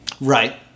Right